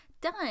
done